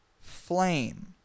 flame